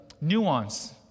nuance